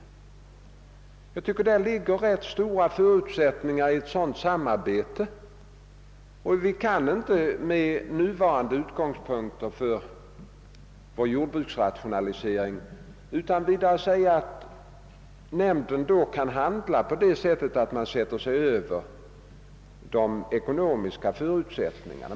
Enligt min mening ligger rätt stora förutsättningar i ett sådant samarbete. Vi kan inte med nuvarande utgångspunkter för vår jordbruksrationalisering utan vidare säga att nämnden då kan handla på det sättet att den sätter sig över de ekonomiska förutsättningarna.